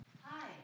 hi